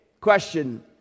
question